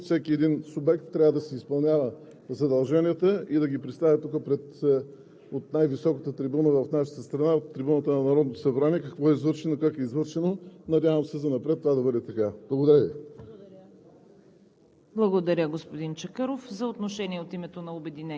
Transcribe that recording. Аз благодаря за вниманието и наистина всяко министерство, всеки един субект трябва да си изпълнява задълженията и да ги представя тук от най-високата трибуна в нашата страна – от трибуната на Народното събрание, какво е извършено и как е извършено. Надяваме се занапред това да бъде така. Благодаря Ви.